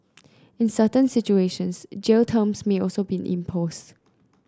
in certain situations jail terms may also be imposed